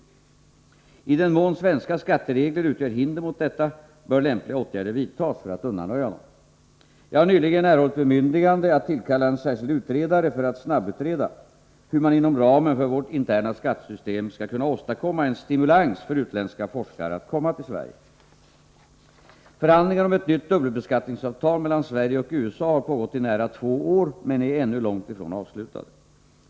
I den mån svenska skatteregler utgör hinder för detta, bör lämpliga åtgärder vidtas för att undanröja dessa. Jag har nyligen erhållit bemyndigande att tillkalla en särskild utredare för att shabbutreda hur man inom ramen för vårt interna skattesystem skall kunna åstadkomma en stimulans för utländska forskare att komma till Sverige. Förhandlingar om ett nytt dubbelbeskattningsavtal mellan Sverige och USA har pågått i nära två år, men är ännu långt ifrån avslutade.